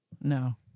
No